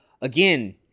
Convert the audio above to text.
again